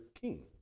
king